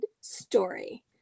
story